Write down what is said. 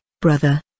brother